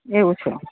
એવુ છે